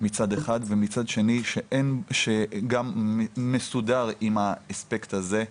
מצד אחד, ומצד שני שגם מסודר עם האספקט הזה,